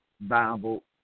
Bible